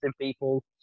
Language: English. people